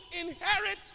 inherit